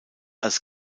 als